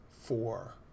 four